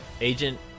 Agent